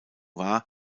war